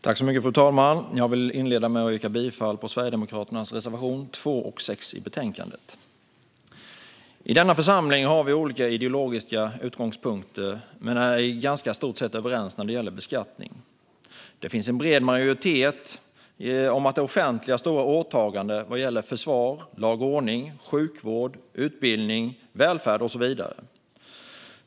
Fru talman! Jag vill inleda med att yrka bifall till Sverigedemokraternas reservationer 2 och 6 i betänkandet. I denna församling har vi olika ideologiska utgångspunkter men är ändå i stort ganska överens när det gäller beskattning. Det finns en bred majoritet för att det offentliga har stora åtaganden vad gäller försvar, lag och ordning, sjukvård, utbildning, välfärd och så vidare.